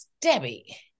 debbie